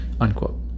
Unquote